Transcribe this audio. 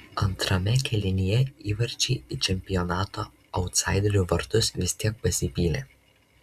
antrame kėlinyje įvarčiai į čempionato autsaiderių vartus vis tik pasipylė